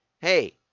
hey